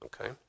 Okay